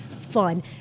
fun